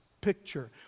picture